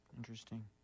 Interesting